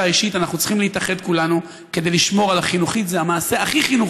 עניינית אחת: בעולם שהפך להיות כולו עולם של רייטינג,